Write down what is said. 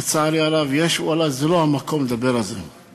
לצערי הרב יש, זה לא המקום לדבר על זה.